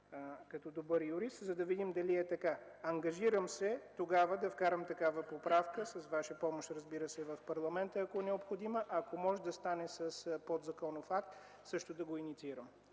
като добър юрист, за да видим дали е така. Ангажирам се тогава да вкарам такава поправка с Ваша помощ, разбира се, в парламента, ако е необходима, ако може да стане с подзаконов акт, също да го инициираме.